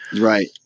Right